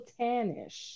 tannish